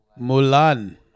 mulan